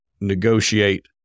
negotiate